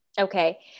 Okay